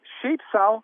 šiaip sau